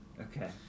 Okay